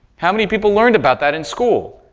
how many people learned about that in school?